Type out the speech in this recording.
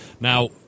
Now